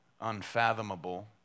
unfathomable